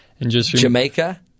Jamaica